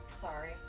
Sorry